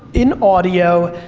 in audio,